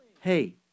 hey